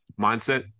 mindset